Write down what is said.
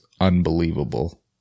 unbelievable